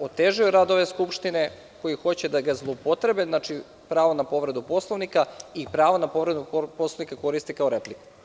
otežaju rad ove skupštine, koji hoće da ga zloupotrebe, znači pravo na povredu Poslovnika i pravo na povredu poslovnika koriste kao repliku.